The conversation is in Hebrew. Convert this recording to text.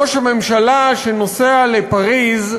ראש הממשלה, שנוסע לפריז,